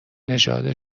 نژاد